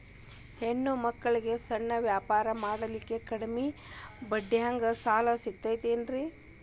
ಹೆಣ್ಣ ಮಕ್ಕಳಿಗೆ ಸಣ್ಣ ವ್ಯಾಪಾರ ಮಾಡ್ಲಿಕ್ಕೆ ಕಡಿಮಿ ಬಡ್ಡಿದಾಗ ಸಾಲ ಸಿಗತೈತೇನ್ರಿ?